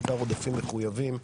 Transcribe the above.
בעיקר עודפים מחויבים,